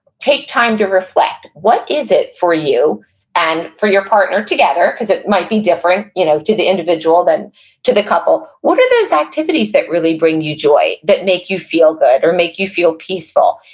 take time to reflect. what is it for you and for your partner together, because it might be different you know to the individual than to the couple, what are those activities that really bring you joy? that make you feel good, or make you feel peaceful?